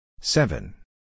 seven